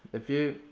if you.